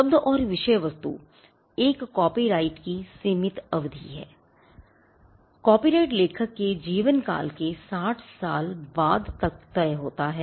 शब्द और विषय वस्तु एक कॉपीराइट की एक सीमित अवधि है कॉपीराइट लेखक के जीवनकाल के 60 साल बाद तक होता है